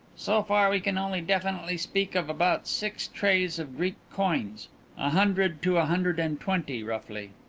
so far we can only definitely speak of about six trays of greek coins a hundred to a hundred and twenty, roughly.